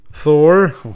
thor